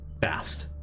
fast